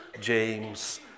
James